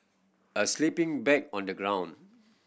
a sleeping bag on the ground